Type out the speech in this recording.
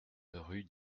rue